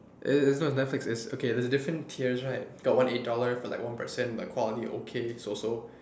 it it it's not Netflix it's okay there's a different tiers right you got one eight dollar for like one person but quality okay so so